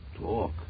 Talk